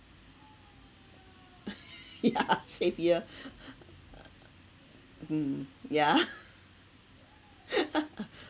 ya same here mm ya